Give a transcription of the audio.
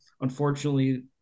Unfortunately